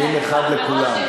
דין אחד לכולם.